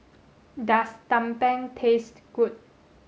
does Tumpeng taste good